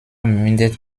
mündet